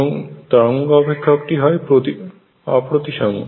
এবং তরঙ্গ অপেক্ষকটি হয় অপ্রতিসম